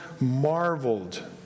marveled